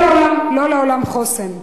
לא לעולם חוסן.